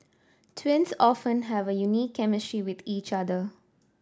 twins often have a unique chemistry with each other